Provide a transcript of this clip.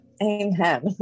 Amen